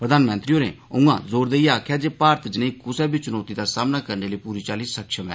प्रधानमंत्री होरें उयां जोर देईयै आक्खेआ जे भारत जनेही कुसै बी चनौती दा सामना करने लेई पूरी चाल्ली सक्षम ऐ